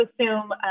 assume